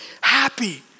Happy